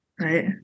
Right